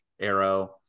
arrow